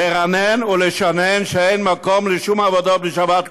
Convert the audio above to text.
לרענן ולשנן שאין מקום לשום עבודה בשבת קודש.